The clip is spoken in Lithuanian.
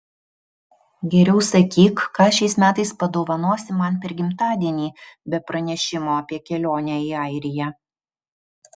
geriau sakyk ką šiais metais padovanosi man per gimtadienį be pranešimo apie kelionę į airiją